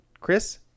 Chris